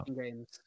games